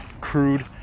crude